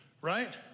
Right